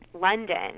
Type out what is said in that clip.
London